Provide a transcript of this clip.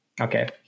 okay